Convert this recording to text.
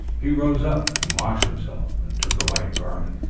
he arose up and washed himself, and took a white garment,